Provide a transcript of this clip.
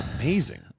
amazing